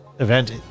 Event